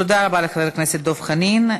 תודה רבה לחבר הכנסת דב חנין.